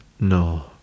no